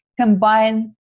combine